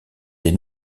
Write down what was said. des